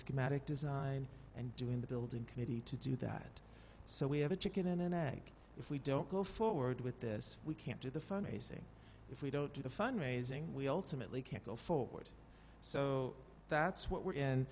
schematic design and doing the building committee to do that so we have a chicken and egg if we don't go forward with this we can't do the fundraising if we don't do the fund raising we ultimately can't go forward so that's what we're in